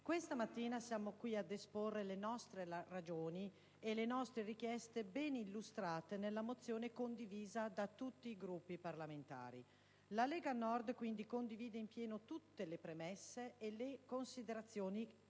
questa mattina siamo qui ad esporre le nostre ragioni e le nostre richieste, ben illustrate nella mozione condivisa da tutti i Gruppi parlamentari. La Lega Nord, quindi, condivide in pieno tutte le premesse e le considerazioni